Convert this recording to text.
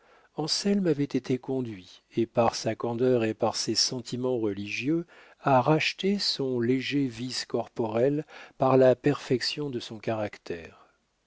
popinot anselme avait été conduit et par sa candeur et par ses sentiments religieux à racheter son léger vice corporel par la perfection de son caractère